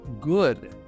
good